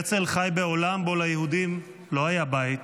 הרצל חי בעולם שבו ליהודים לא היה בית